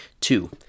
Two